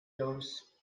jones